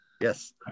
Yes